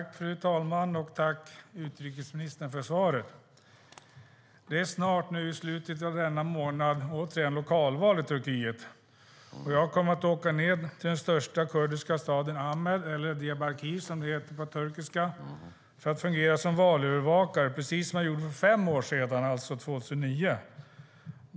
Fru talman! Tack för svaret, utrikesministern. Det är snart nu i slutet av denna månad återigen lokalval i Turkiet. Jag kommer att åka ned till den största kurdiska staden Amed, eller Diyarbakir som det heter på turkiska, för att fungera som valövervakare, precis som jag gjorde för fem år sedan 2009.